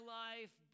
life